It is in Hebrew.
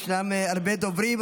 ישנם הרבה דוברים.